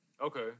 Okay